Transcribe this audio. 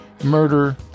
murder